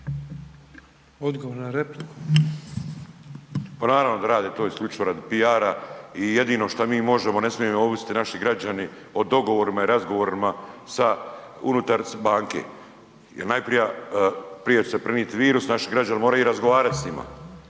Miro (MOST)** Pa naravno da to rade isključivo radi PR-a i jedino šta mi možemo ne smiju ovisiti naši građani o dogovorima i razgovorima unutar banke jer prije će se prenijeti virus, naši građani moraju razgovarati s njima,